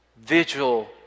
vigil